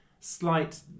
slight